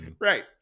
Right